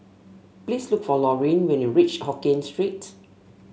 please look for Laurene when you reach Hokkien Street